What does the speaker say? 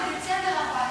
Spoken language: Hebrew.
אבל תיתנו לה לדבר.